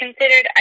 considered